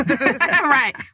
Right